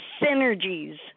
synergies